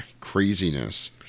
craziness